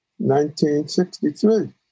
1963